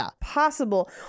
possible